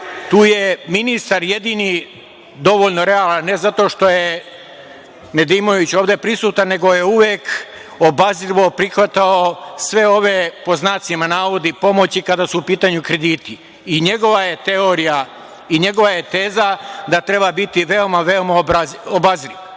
tu je ministar jedini dovoljno realan, ne zato što je Nedimović ovde prisutan, nego je uvek obazrivo prihvatao sve ove, pod znacima navoda, pomoći kada su u pitanju krediti. Njegova je teorija i njegova je teza da treba biti veoma obazriv.